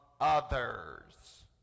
others